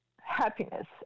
happiness